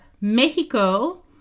Mexico